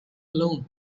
alone